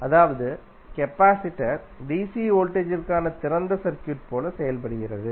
அதாவது capacitor DC வோல்டேஜிற்கான திறந்த சர்க்யூட் போல செயல்படுகிறது